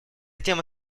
тема